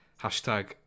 hashtag